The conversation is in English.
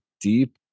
deep